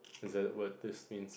is that what this means